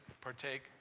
partake